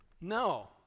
No